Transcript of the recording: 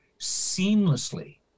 seamlessly